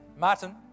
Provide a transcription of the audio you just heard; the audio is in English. Martin